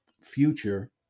future